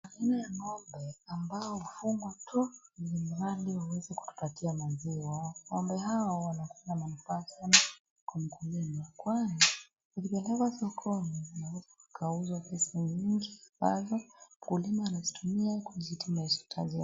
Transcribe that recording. Aina ya ng'ombe ambao hufugwa tu nyumbani waweze kutupatia maziwa. Ng'ombe hao wanakuwa wa manufaa sana kwa mkulima kwani ikipelekwa sokoni inaweza ikauzwa pesa nyingi ambazo mkulima anazitumia kujiti mahitaji yake.